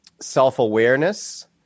self-awareness